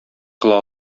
кыла